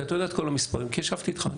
כי אתה יודע את כל המספרים כי ישבתי איתך.